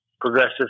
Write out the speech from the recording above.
progressive